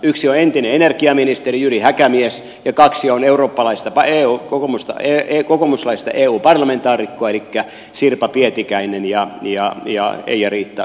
yksi on entinen energiaministeri jyri häkämies ja kaksi on eurooppalaista taide on koko musta evien kokoomuslaista eu parlamentaarikkoa elikkä sirpa pietikäinen ja eija riitta korhola